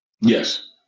Yes